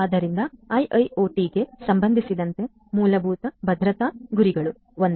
ಆದ್ದರಿಂದ IIoT ಗೆ ಸಂಬಂಧಿಸಿದಂತೆ ಮೂಲಭೂತ ಭದ್ರತಾ ಗುರಿಗಳು 1